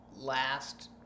last